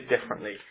differently